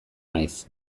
naiz